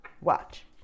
Watch